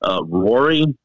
Rory